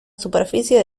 superficie